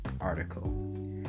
article